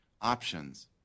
options